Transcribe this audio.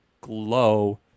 Glow